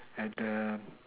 at the